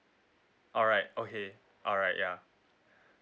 alright okay alright ya